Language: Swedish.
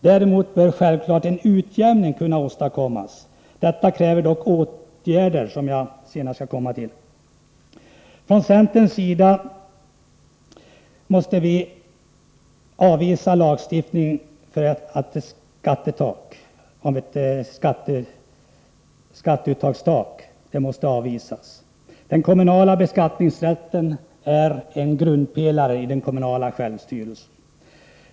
Däremot bör självfallet en utjämning kunna åstadkommas. Detta kräver dock åtgärder som jag senare skall beröra. Centern avvisar förslaget om lagstiftning om ett skatteuttagstak. Den kommunala beskattningsrätten är en grundpelare i den kommunala självstyrelsen.